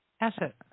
asset